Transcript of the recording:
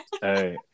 Hey